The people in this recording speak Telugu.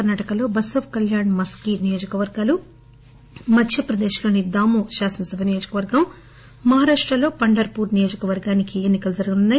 కర్నాటకలో బసవకళ్యాణ్ మస్కి నియోజకవర్గాలు మధ్యప్రదేశ్ లోని దామో శాసనసభ నియోజకవర్గం మహారాష్టలో పండర్పూర్ నియోజకవర్గానికి ఎన్నికలు జరుగుతున్నాయి